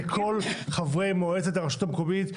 זה כל חברי מועצת הרשות המקומית,